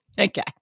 Okay